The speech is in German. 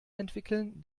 entwickeln